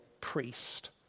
priest